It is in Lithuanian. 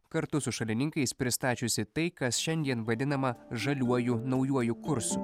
kartu su šalininkais pristačiusi tai kas šiandien vadinama žaliuoju naujuoju kursu